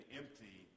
empty